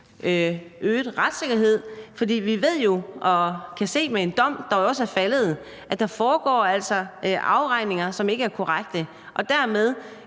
øget retssikkerhed. For vi ved jo og kan også se med en dom, der er faldet, at der altså foregår afregninger, som ikke er korrekte, og dermed